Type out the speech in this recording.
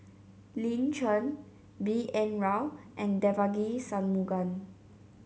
Lin Chen B N Rao and Devagi Sanmugam